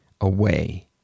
away